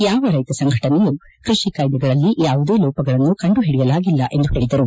ಯಾವ ರೈತ ಸಂಘಟನೆಯೂ ಕೃಷಿ ಕಾಯ್ದೆಗಳಲ್ಲಿ ಯಾವುದೇ ಲೋಪಗಳನ್ನು ಕಂಡುಹಿಡಿಯಲಾಗಿಲ್ಲ ಎಂದು ಹೇಳಿದರು